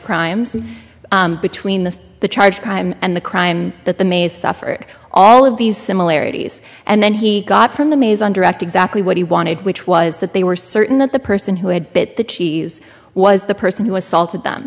crimes between the the charge crime and the crime that the mays suffered all of these similarities and then he got from the maze on direct exactly what he wanted which was that they were certain that the person who had the cheese was the person who assaulted them